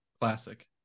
classic